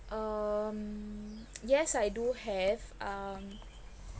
um yes I do have um